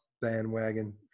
bandwagon